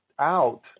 out